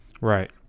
Right